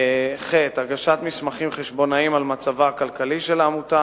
הגשת מסמכים חשבונאיים על מצבה הכלכלי של העמותה,